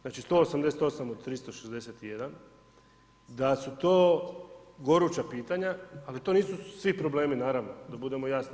Znači, 188 od 361, da su to goruća pitanja, ali to nisu svi problemi, naravno, da budemo jasni.